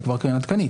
הוא כבר קרן עדכנית.